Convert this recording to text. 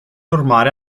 urmare